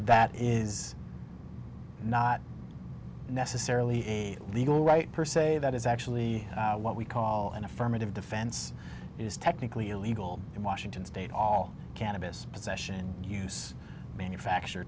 that is not necessarily a legal right per se that is actually what we call an affirmative defense is technically illegal in washington state all cannabis possession use manufacture